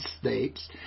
states